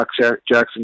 Jackson